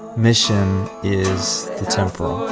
mission is the temporal.